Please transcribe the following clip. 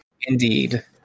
Indeed